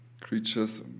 creatures